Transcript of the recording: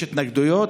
יש התנגדויות,